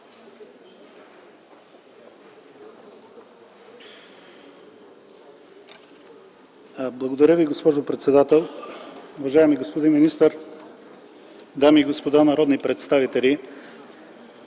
Уважаема госпожо председател, уважаеми господин Дъбов, дами и господа народни представители!